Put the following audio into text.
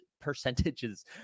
Percentages